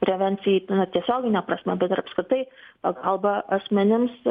prevencijai na tiesiogine prasme bet ir apskritai pagalba asmenims